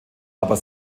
aber